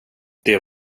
det